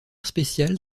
spéciale